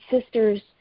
sisters